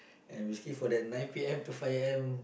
and basically for that nine P_M to five A_M